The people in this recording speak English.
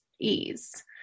ease